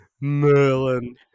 Merlin